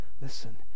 listen